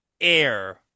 air